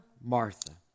Martha